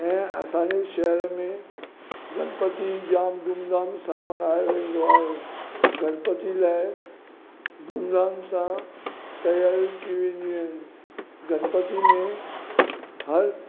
ऐं असांजे शहर में गणपती जामु धूम धाम सां मल्हायो वेंदो आहे गणपती लाइ धूम धाम सां तियारियूं कयूं वेंदी आहिनि गणपती में हर